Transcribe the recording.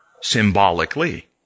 symbolically